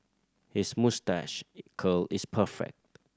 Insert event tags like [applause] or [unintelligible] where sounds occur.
his moustache [unintelligible] curl is perfect